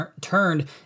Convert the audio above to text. turned